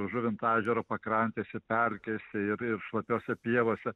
žuvinto ežero pakrantėse pelkėse ir ir šlapiose pievose